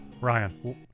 Ryan